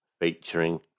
featuring